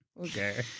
Okay